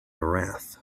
wrath